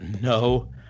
no